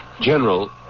General